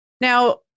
Now